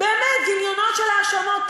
באמת גיליונות של האשמות.